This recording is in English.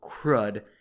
crud